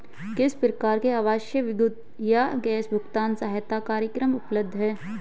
किस प्रकार के आवासीय विद्युत या गैस भुगतान सहायता कार्यक्रम उपलब्ध हैं?